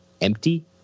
empty